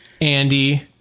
Andy